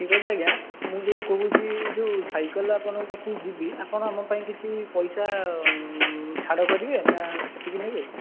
ଠିକ୍ଅଛି ଆଜ୍ଞା ମୁଁ ଯେଉଁ କହୁଛି ଯେଉଁ ସାଇକେଲ ଆପଣଙ୍କ ପାଖକୁ ଯିବି ଆପଣ ଆମ ପାଇଁ କିଛି ପଇସା ଛାଡ଼ କରିବେ ନା ସେତିକି ନେବେ